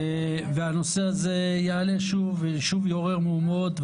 הנושא הזה יעלה שוב, שוב יעורר מהומות.